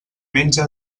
menja